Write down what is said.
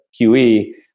QE